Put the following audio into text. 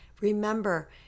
remember